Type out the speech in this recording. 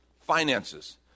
finances